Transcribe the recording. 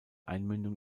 einmündung